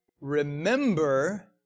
Remember